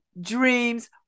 dreams